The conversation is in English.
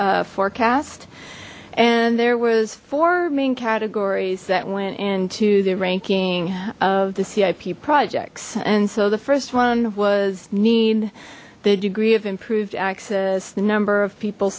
cip forecast and there was four main categories that went into the ranking of the cip projects and so the first one was need the degree of improved access the number of people